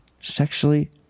sexually